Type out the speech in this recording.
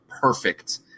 perfect